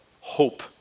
hope